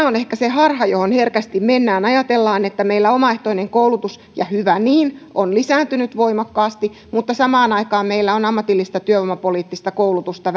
on ehkä se harha johon herkästi mennään ajatellaan että meillä omaehtoinen koulutus ja hyvä niin on lisääntynyt voimakkaasti mutta samaan aikaan meillä on ammatillista työvoimapoliittista koulutusta